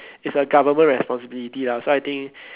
it's a government responsibility lah so I think